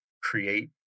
create